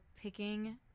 picking